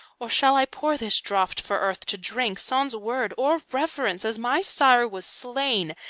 or shall i pour this draught for earth to drink, sans word or reverence, as my sire was slain,